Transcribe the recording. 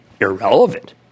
Irrelevant